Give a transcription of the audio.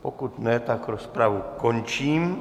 Pokud ne, tak rozpravu končím.